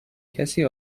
کسی